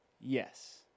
Yes